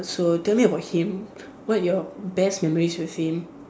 so tell me about him what are your best memories with him